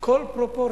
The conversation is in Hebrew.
כל פרופורציה.